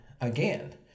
again